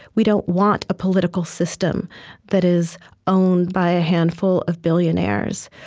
we don't want a political system that is owned by a handful of billionaires.